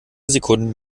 sekunden